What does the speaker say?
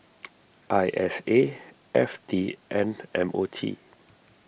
I S A F T and M O T